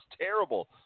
terrible